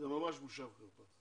זו ממש בושה וחרפה.